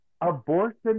Abortion